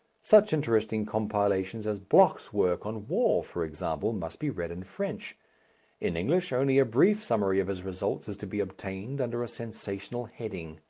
such interesting compilations as bloch's work on war, for example, must be read in french in english only a brief summary of his results is to be obtained, under a sensational heading.